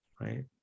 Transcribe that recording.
right